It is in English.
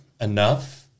enough